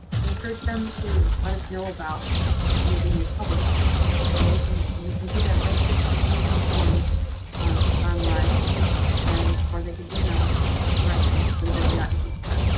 to encourage them to let us know about anything they publish and we can. and they can do that right through a citation form online and or they can email us directly to the bibliography staff.